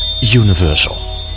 Universal